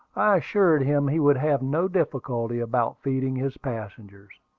i assured him he would have no difficulty about feeding his passengers.